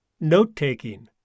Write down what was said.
Note-taking